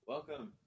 Welcome